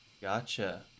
Gotcha